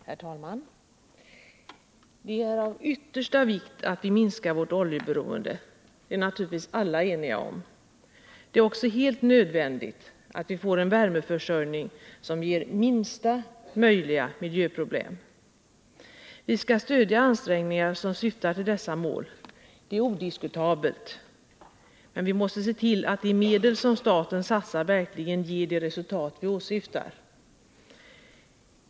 Herr talman! Det är av yttersta vikt att vi minskar vårt oljeberoende. Det är naturligtvis alla eniga om. Det är också helt nödvändigt att vi får en värmeförsörjning som ger minsta möjliga miljöproblem. Vi skall stödja ansträngningar som syftar till dessa mål, det är odiskutabelt, men vi måste se till att de medel som staten satsar verkligen ger de resultat som vi åsyftar.